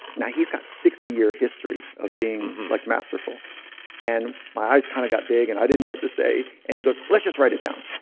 now he's got sixty year history of being like masterful and my eyes kinda kind of got big and i didn't know what to say and he goes, let's just write it down.